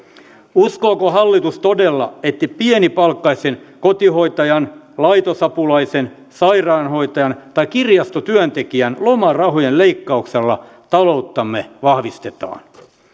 uskooko hallitus todella että pienipalkkaisen kotihoitajan laitosapulaisen sairaanhoitajan tai kirjastotyöntekijän lomarahojen leikkauksella talouttamme vahvistetaan